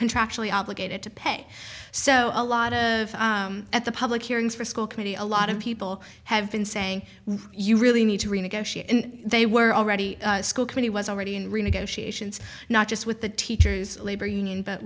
contractually obligated to pay so a lot of at the public hearings for school committee a lot of people have been saying you really need to renegotiate and they were already school committee was already in renegotiations not just with the teachers labor union but